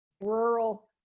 rural